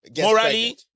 Morally